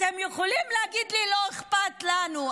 אתם יכולים להגיד לי "לא אכפת לנו",